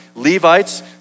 Levites